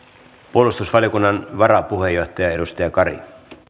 puolustusvaliokunnan varapuheenjohtaja edustaja kari